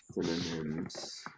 synonyms